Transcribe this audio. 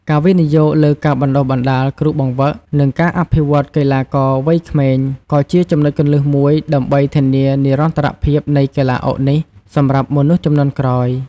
ការវិនិយោគលើការបណ្តុះបណ្តាលគ្រូបង្វឹក និងការអភិវឌ្ឍន៍កីឡាករវ័យក្មេង ក៏ជាចំណុចគន្លឹះមួយដើម្បីធានានិរន្តរភាពនៃកីឡាអុកនេះសម្រាប់មនុស្សជំនាន់ក្រោយ។